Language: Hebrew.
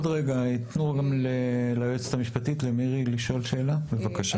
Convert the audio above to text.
מירי, היועצת המשפטית, בבקשה.